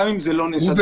גם אם זה לא נעשה --- וגם